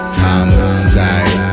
homicide